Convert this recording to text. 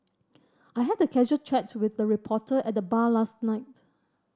I had a casual chat with a reporter at the bar last night